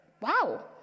wow